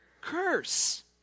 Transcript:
Curse